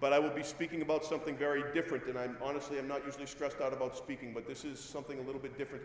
but i will be speaking about something very different and i'm honestly i'm not used to stressed out about speaking but this is something a little bit different